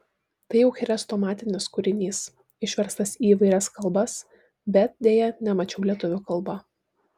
tai jau chrestomatinis kūrinys išverstas į įvairias kalbas bet deja nemačiau lietuvių kalba